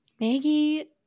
maggie